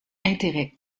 intérêts